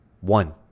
one